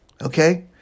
Okay